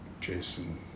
Jason